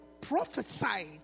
prophesied